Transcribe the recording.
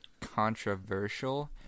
controversial